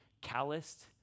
calloused